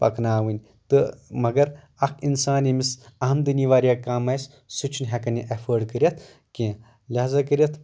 پَکناؤنۍ تہٕ مَگر اَکھ اِنسان ییٚمِس آمدٔنی واریاہ کَم آسہِ سُہ چھُ نہٕ ہٮ۪کان یہِ ایفٲڈ کٔرِتھ کیٚنٛہہ لَہذا کٔرِتھ